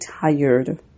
tired